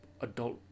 adult